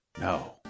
No